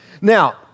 Now